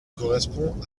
correspond